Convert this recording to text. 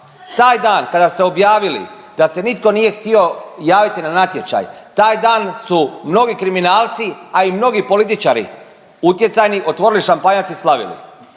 Taj dan kada ste objavili da se nitko nije htio na natječaj, taj dan su mnogi kriminalci, a i mnogi političari utjecajni otvorili šampanjac i slavili.